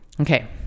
okay